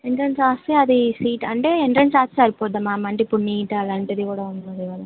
entrance రాస్తే అది seat అంటే ఎంట్రన్స్ రాస్తే సరిపోతుందా మ్యామ్ ఇప్పుడు నీట్ అలాంటిది కూడా ఉన్నది కదా